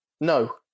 No